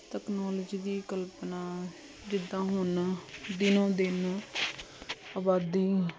technology ਦੀ ਕਲਪਨਾ ਜਿੱਦਾਂ ਹੁਣ ਦਿਨੋ ਦਿਨ ਆਬਾਦੀ